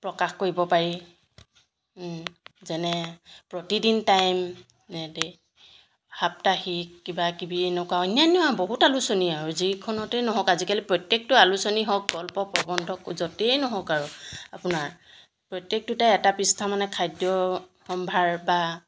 প্ৰকাশ কৰিব পাৰি যেনে প্ৰতিদিন টাইমেদি সাপ্তাহিক কিবাকিবি এনেকুৱা অন্যান্য আৰু বহুত আলোচনী আৰু যিখনতে নহওক আজিকালি প্ৰত্যেকটো আলোচনী হওক গল্প প্ৰবন্ধ য'তেই নহওক আৰু আপোনাৰ প্ৰত্যেকটোতে এটা পৃষ্ঠা মানে খাদ্য সম্ভাৰ বা